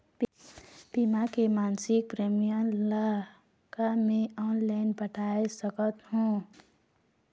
बीमा के मासिक प्रीमियम ला का मैं ऑनलाइन पटाए सकत हो?